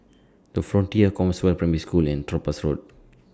The Frontier Compassvale Primary School and Topaz Road